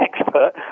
expert